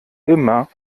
immer